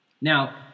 Now